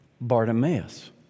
Bartimaeus